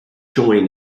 join